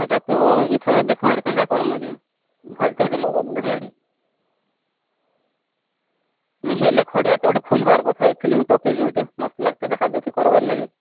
ସେଟା ତ ଇଥର ଦେଖମୁଁ ଆରୁ କେନ୍ତା କରମୁଁ ଯେ ଭଲ ତ ଦେଲା ଵାଲା ନାଇଁ ଇଆଡ଼େ ନେଇ ହେଲେ ଖଡ଼ିଆ ତୁ ଗୁଟେ ଖୁଲବାର କଥା ଏ ଫିଲ୍ମ୍ ପ୍ୟାକେଜ୍ ଗୁଟେ ମସ୍ତ ଲଗେତେ ଦେଖା ଦୁଖି କରବାର ଲାଗି